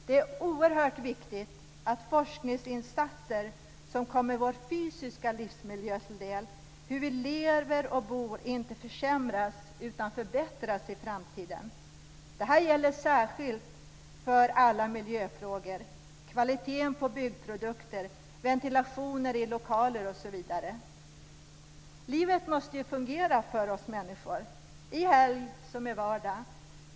Det är oerhört viktigt att forskningsinsatser som kommer vår fysiska livsmiljö till del - hur vi lever och bor - inte försämras utan förbättras i framtiden. Det gäller särskilt alla miljöfrågor: kvaliteten på byggprodukter, ventilationen i lokaler osv. Livet måste ju fungera för oss människor, i helg och vardag.